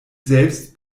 selbst